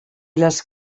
les